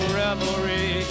revelry